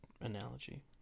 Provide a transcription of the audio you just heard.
analogy